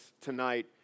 tonight